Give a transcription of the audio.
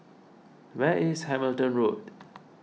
where is Hamilton Road